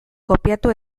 kopiatu